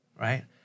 Right